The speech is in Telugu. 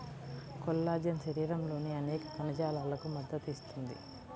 కొల్లాజెన్ శరీరంలోని అనేక కణజాలాలకు మద్దతు ఇస్తుంది